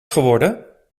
geworden